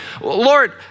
Lord